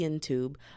tube